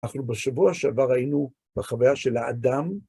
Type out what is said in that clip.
אנחנו בשבוע שעבר היינו בחוויה של האדם.